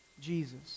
Jesus